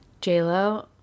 J-Lo